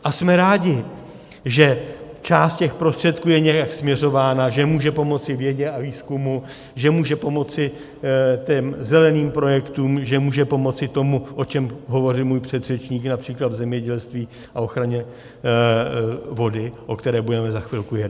A jsme rádi, že část těch prostředků je nějak směřována, že může pomoci vědě a výzkumu, že může pomoci těm zeleným projektům, že může pomoci tomu, o čem hovořil můj předřečník, např. v zemědělství a ochraně vody, o které budeme za chvilku jednat.